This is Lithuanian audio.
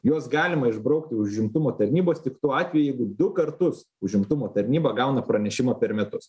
juos galima išbraukti iš užimtumo tarnybos tik tuo atveju jeigu du kartus užimtumo tarnyba gauna pranešimą per metus